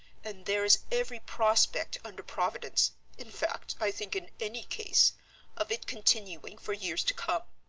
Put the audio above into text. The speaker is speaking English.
and there is every prospect under providence in fact, i think in any case of it continuing for years to come.